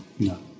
No